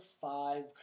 five